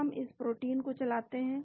हम अब इस प्रोटीन को चलाते हैं